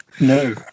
No